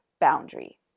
Boundary